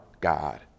God